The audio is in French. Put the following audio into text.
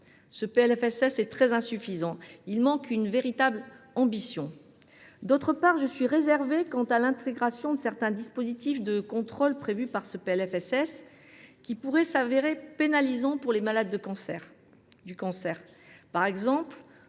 ce PLFSS est très insuffisant, il manque d’une véritable ambition. Ensuite, je suis réservée quant à l’intégration de certains dispositifs de contrôle, qui pourraient s’avérer pénalisants pour les malades du cancer.